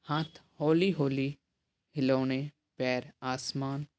ਹੱਥ ਹੌਲੀ ਹੌਲੀ ਹਿਲਾਉਣੇ ਪੈਰ ਆਸਮਾਨ